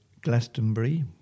Glastonbury